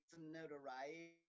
notoriety